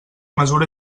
mesura